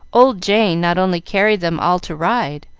old jane not only carried them all to ride,